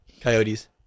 Coyotes